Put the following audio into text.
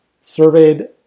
surveyed